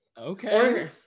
Okay